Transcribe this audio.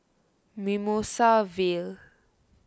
Mimosa Vale